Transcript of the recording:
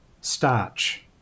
starch